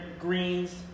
greens